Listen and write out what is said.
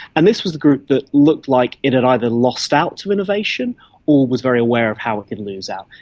and this was the group that looked like it had either lost out to innovation or was very aware of how it could lose out,